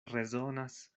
rezonas